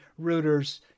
Reuters